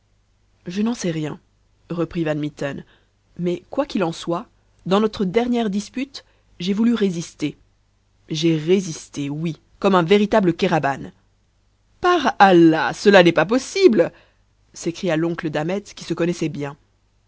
je n'en sais rien reprit van mitten mais quoi qu'il en soit dans notre dernière dispute j'ai voulu résister j'ai résisté oui comme un véritable kéraban par allah cela n'est pas possible s'écria l'oncle d'ahmet qui se connaissait bien